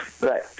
Right